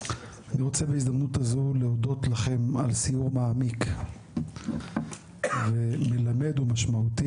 אני רוצה בהזדמנות הזאת להודות לכם על סיור מעמיק ומלמד ומשמעותי.